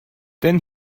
then